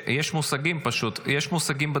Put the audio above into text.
יש מושגים בדיפלומטיה.